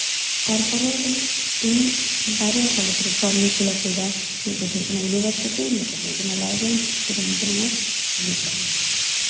ᱛᱟᱨᱯᱚᱨᱮ ᱫᱚ ᱤᱧ ᱵᱟᱨᱭᱟ ᱠᱚᱞᱮᱡᱽ ᱨᱮ ᱯᱷᱨᱚᱢ ᱤᱧ ᱯᱷᱤᱞᱟᱯ ᱞᱮᱫᱟ ᱢᱤᱫᱴᱮᱡ ᱫᱚ ᱦᱩᱭᱩᱜ ᱠᱟᱱᱟ ᱤᱭᱩᱱᱤᱵᱷᱟᱨᱥᱤᱴᱤ ᱢᱤᱫᱴᱮᱡ ᱫᱚ ᱦᱩᱭᱩᱜ ᱠᱟᱱᱟ ᱨᱟᱭᱜᱚᱸᱡᱽ ᱥᱩᱨᱮᱱᱫᱨᱤᱱᱟᱛᱷ ᱵᱤᱫᱽᱫᱟᱞᱚᱭ